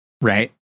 right